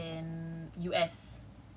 I think only countries to europe